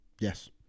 Yes